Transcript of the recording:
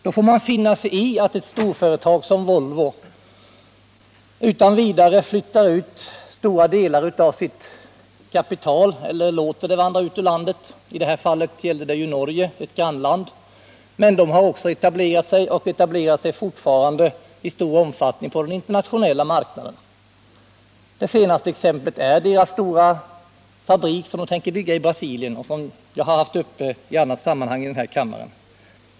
Då får vi finna oss i att storföretag som Volvo utan vidare låter stora delar av sitt kapital vandra ut ur landet. I det här fallet gäller det Norge, ett grannland. Men Volvo har också etablerat sig och etablerar sig fortfarande i stor utsträckning på den internationella marknaden. Det senaste exemplet är den stora fabrik som företaget tänker bygga i Brasilien. Den frågan har jag diskuterat i annat sammanhang i den här kammaren.